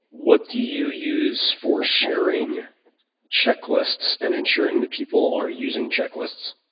what do you use for sharing checklists and ensuring people are using checklists?